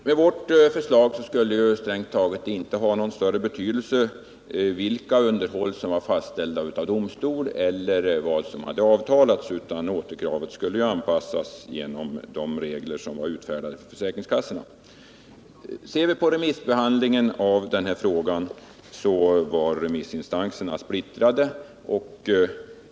Med vårt förslag skulle det strängt taget inte ha någon betydelse vilka underhåll som var fastställda av domstolen eller vad som hade avtalats, utan återkravet skulle anpassas genom de regler som var utfärdade för försäkringskassorna. Ser vi på remissbehandlingen av frågan, finner vi att remissinstanserna var splittrade.